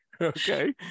Okay